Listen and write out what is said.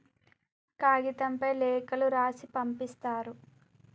కాగితంపై లేఖలు రాసి పంపిస్తారు